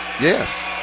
Yes